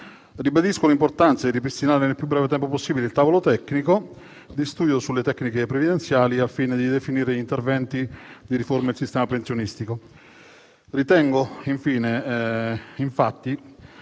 Ribadisco l'importanza di ripristinare, nel più breve tempo possibile, il tavolo tecnico di studio sulle tecniche previdenziali al fine di definire gli interventi di riforma del sistema pensionistico.